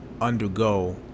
undergo